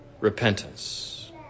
repentance